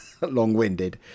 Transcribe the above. long-winded